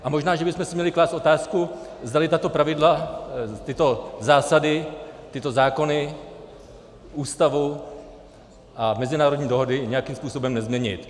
A možná bychom si měli klást otázku, zdali tato pravidla, tyto zásady, tyto zákony, Ústavu a mezinárodní dohody nějakým způsobem nezměnit.